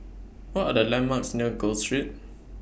What Are The landmarks near Gul Street